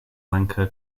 lanka